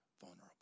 vulnerable